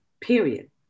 period